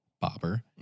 bobber